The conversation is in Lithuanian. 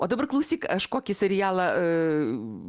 o dabar klausyk aš kokį serialą